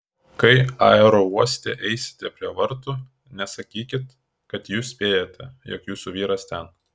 kai aerouoste eisite prie vartų nesakykit kad jūs spėjate jog jūsų vyras ten